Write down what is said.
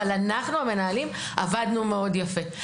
אבל אנחנו המנהלים עבדנו מאוד יפה.